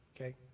Okay